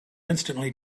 instantly